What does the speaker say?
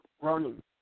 running